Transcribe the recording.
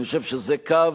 אני חושב שזה קו